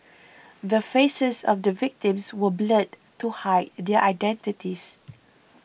the faces of the victims were blurred to hide their identities